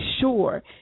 sure